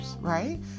right